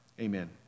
Amen